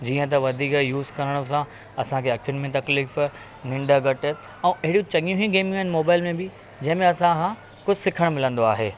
जीअं त वधीक युस करण सां असांखे अखियुनि में तकलीफ़ निंढ घटि ऐं अहिड़ियूं चङियूं ई गेम्यूं आहिनि मोबाइल में बि जंहिं में असां हा कुझु सिखणु मिलंदो आहे